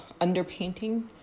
underpainting